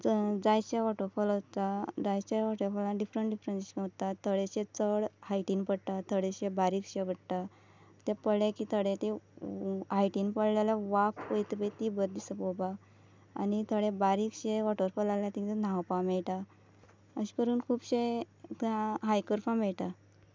जायतशे waterfall आसा जायतशे waterfall आनी डिफ्रंट डिफ्रंट वता थोडेशे चड हायटीन पडटा थोडेशे बारीकशे पडटा ते पडले की थोडे ते हायटीन पडले जाल्यार वाफ वयता ती बरी दिसता पोवपाक आनी थोडे बारीकशे वॉटरफॉल आहल्या तितून न्हांवपा मेळटा अशें करून खुबशे हायक करपा मेळटा